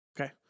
Okay